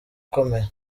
ukomeye